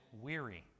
weary